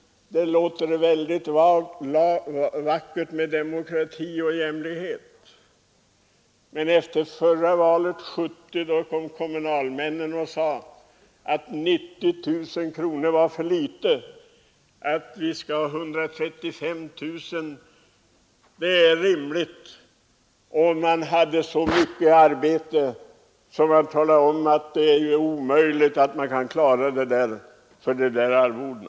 Det låter vackert med demokrati och jämlikhet, men efter förra valet år 1970 kom kommunalmännen och sade att 90 000 kronor i årslön var för litet. De ville ha 135 000 kronor, ”det var rimligt”. De hade så mycket arbete att det ansågs omöjligt att klara med det lägre arvodet.